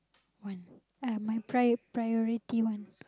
one uh my pri~ priority one